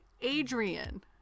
Adrian